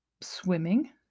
swimming